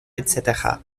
etc